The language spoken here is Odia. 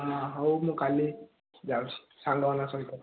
ହଁ ହଉ ମୁଁ କାଲି ଯାଉଛି ସାଙ୍ଗମାନଙ୍କ ସହିତ